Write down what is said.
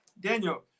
Daniel